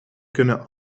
kunnen